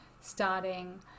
starting